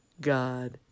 God